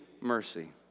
mercy